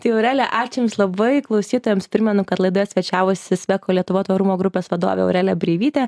tai aurelija ačiū jums labai klausytojams primenu kad laidoje svečiavosi sweco lietuva tvarumo grupės vadovė aurelija breivytė